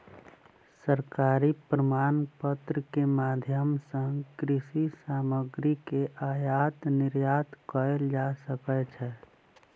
सरकारी प्रमाणपत्र के माध्यम सॅ कृषि सामग्री के आयात निर्यात कयल जा सकै छै